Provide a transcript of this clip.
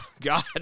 God